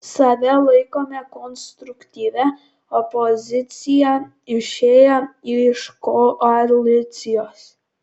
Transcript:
save laikome konstruktyvia opozicija išėję iš koalicijos